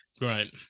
Right